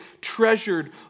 treasured